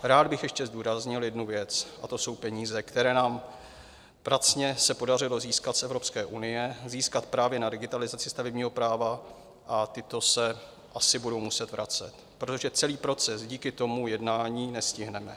Rád bych ještě zdůraznil jednu věc, a to jsou peníze, které se nám pracně podařilo získat z Evropské unie právě na digitalizaci stavebního práva, a tyto se asi budou muset vracet, protože celý proces díky tomu jednání nestihneme.